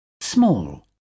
small